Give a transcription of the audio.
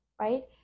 right